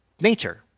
nature